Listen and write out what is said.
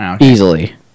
easily